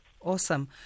Awesome